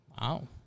Wow